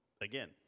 Again